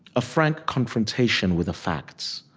a frank confrontation with the facts